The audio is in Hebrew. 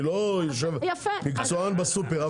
אני לא מקצוען בסופר,